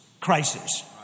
crisis